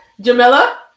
Jamila